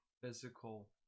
physical